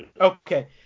Okay